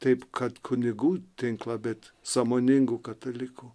taip kad kunigų tinklą bet sąmoningų katalikų